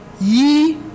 ye